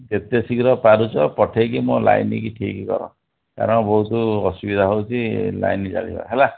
ଯେତେ ଶୀଘ୍ର ପାରୁଛ ପଠେଇକି ମୋ ଲାଇନ୍କୁ ଠିକ୍ କର କାରଣ ବହୁତ ଅସୁବିଧା ହେଉଛି ଲାଇନ୍ ଜାଳିବା ହେଲା